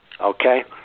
Okay